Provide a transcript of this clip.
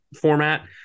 format